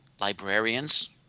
Librarians